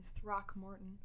Throckmorton